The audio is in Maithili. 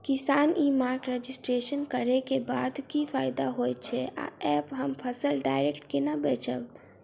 किसान ई मार्ट रजिस्ट्रेशन करै केँ बाद की फायदा होइ छै आ ऐप हम फसल डायरेक्ट केना बेचब?